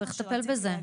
רציתי להגיד,